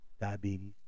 diabetes